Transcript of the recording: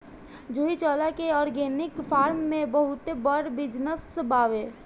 जूही चावला के organic farm के बहुते बड़ बिजनस बावे